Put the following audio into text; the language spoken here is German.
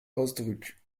ausdruck